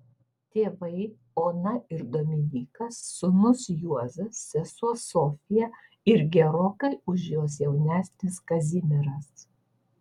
tėvai ona ir dominykas sūnus juozas sesuo sofija ir gerokai už juos jaunesnis kazimieras